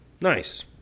Nice